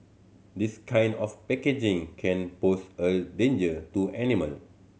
this kind of packaging can pose a danger to animal